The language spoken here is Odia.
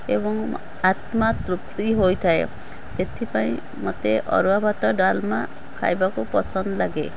ଏବଂ ଆତ୍ମା ତୃପ୍ତି ହୋଇଥାଏ ସେଥିପାଇଁ ମୋତେ ଅରୁଆ ଭାତ ଡାଲମା ଖାଇବାକୁ ପସନ୍ଦ ଲାଗେ